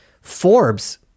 Forbes